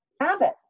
Habits